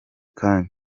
kanya